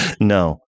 No